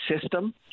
system